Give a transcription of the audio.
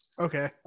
Okay